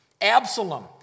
Absalom